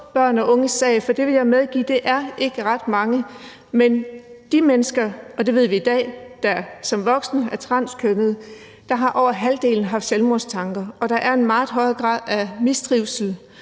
børn og unges sag, for jeg vil medgive, at det ikke er ret mange. Men blandt de mennesker – og det ved vi i dag – der som voksne er transkønnede, har over halvdelen haft selvmordstanker. Og der er en meget høj grad af mistrivsel